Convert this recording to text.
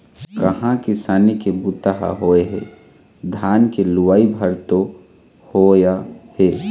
कहाँ किसानी के बूता ह होए हे, धान के लुवई भर तो होय हे